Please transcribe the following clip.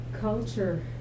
culture